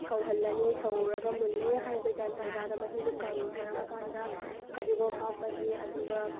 ꯁꯧꯍꯜꯂꯅꯤ ꯁꯧꯔꯒ ꯃꯨꯜꯂꯦ ꯍꯥꯏꯕ ꯀꯥꯟ ꯇꯥꯟꯖꯥꯗ ꯃꯍꯤꯗꯨ ꯀꯪꯊꯔꯛꯑꯀꯥꯟꯗ ꯐꯗꯤꯒꯣꯝ ꯍꯥꯞꯄꯅꯤ ꯑꯗꯨꯒ